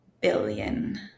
Billion